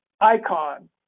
icon